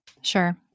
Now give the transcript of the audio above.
Sure